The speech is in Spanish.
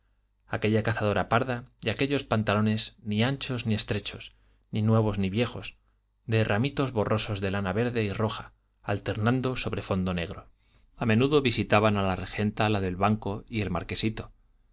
aquella cazadora parda y aquellos pantalones ni anchos ni estrechos ni nuevos ni viejos de ramitos borrosos de lana verde y roja alternando sobre fondo negro a menudo visitaban a la regenta la del banco y el marquesito